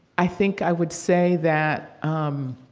i think i would say that, um,